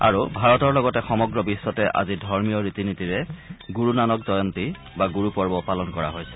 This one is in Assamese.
আৰু ভাৰতৰ লগতে সমগ্ৰ বিশ্বতে আজি ধৰ্মীয় ৰীতি নীতিৰে গুৰু নানক জয়ন্তী বা গুৰুপৰ্ব পালন কৰা হৈছে